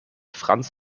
franz